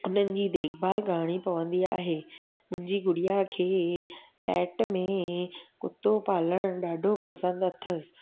हुननि जी देखभाल करिणी पवंदी आहे मुंहिंजी गुड़िया खे पैट में कुतो पालणु ॾाढो पसंदि अथसि